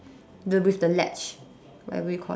the with the latch whatever you call that